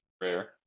rare